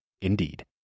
Indeed